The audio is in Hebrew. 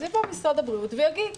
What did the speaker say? אז יבוא משרד הבריאות ויגיד: